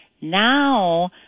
Now